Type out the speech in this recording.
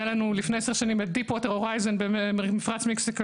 היה לנו לפני עשר שנים את דיפווטר הורייזן במפרץ מקסיקו,